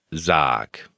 sag